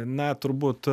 na turbūt